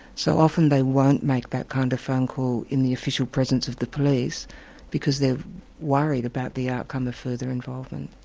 so often they won't make that kind of phone call in the official presence of the police because they're worried about the outcome of further involvement.